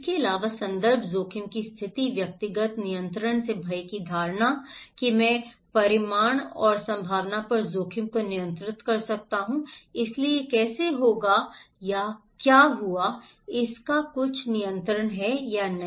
इसके अलावा संदर्भ जोखिम की स्थिति व्यक्तिगत नियंत्रण से भय की धारणा कि मैं परिमाण और संभावना पर जोखिम को नियंत्रित कर सकता हूं इसलिए यह कैसे होगा या क्या हुआ इसका कुछ नियंत्रण है या नहीं